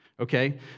Okay